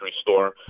store